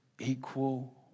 equal